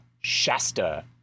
Shasta